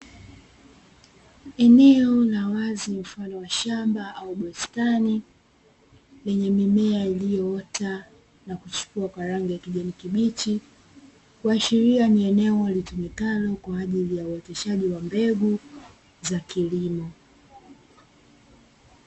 Eneo la wazi mfano wa shamba au bustani lenye mimea iliyoota na kuchipua kwa rangi ya kijani kibichi, kuashiria ni eneo litumikalo kwa ajili ya uoteshaji wa mbegu za kilimo.